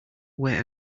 wait